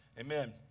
Amen